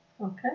Okay